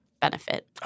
benefit